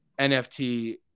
NFT